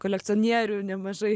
kolekcionierių nemažai